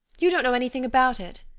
you don't know anything about it.